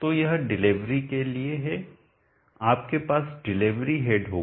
तो यह डिलीवरी के लिए है आपके पास डिलीवरी हेड होगा